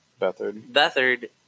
Bethard